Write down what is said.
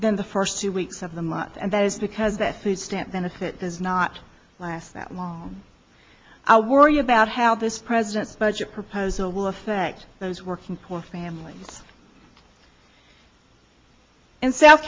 than the first two weeks of the month and that is because that food stamp benefits is not last that long our worry about how this president's budget proposal will affect those working poor families in south